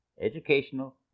educational